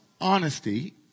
honesty